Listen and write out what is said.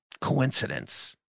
coincidence